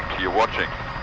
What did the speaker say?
you watching,